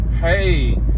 hey